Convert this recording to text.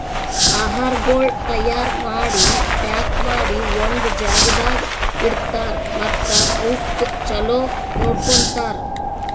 ಆಹಾರಗೊಳ್ ತೈಯಾರ್ ಮಾಡಿ, ಪ್ಯಾಕ್ ಮಾಡಿ ಒಂದ್ ಜಾಗದಾಗ್ ಇಡ್ತಾರ್ ಮತ್ತ ಅವುಕ್ ಚಲೋ ನೋಡ್ಕೋತಾರ್